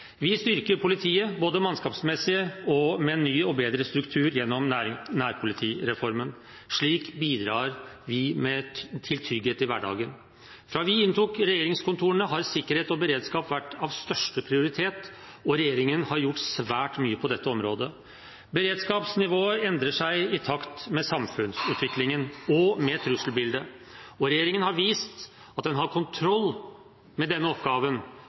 Vi styrker politiet både mannskapsmessig og med en ny og bedre struktur gjennom nærpolitireformen. Slik bidrar vi til trygghet i hverdagen. Fra vi inntok regjeringskontorene, har sikkerhet og beredskap vært av største prioritet, og regjeringen har gjort svært mye på dette området. Beredskapsnivået endrer seg i takt med samfunnsutviklingen og trusselbildet, og regjeringen har vist at den har kontroll med denne oppgaven